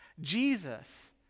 Jesus